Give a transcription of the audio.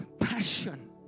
passion